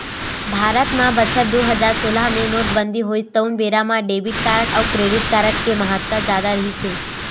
भारत म बछर दू हजार सोलह मे नोटबंदी होइस तउन बेरा म डेबिट कारड अउ क्रेडिट कारड के महत्ता जादा रिहिस हे